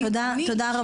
אני אישית,